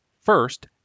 First